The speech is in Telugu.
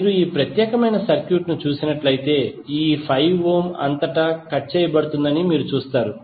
మీరు ఈ ప్రత్యేకమైన సర్క్యూట్ను చూసినట్లయితే ఈ 5 ఓం అంతటా కట్ చేయబడుతుందని మీరు చూస్తారు